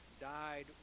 died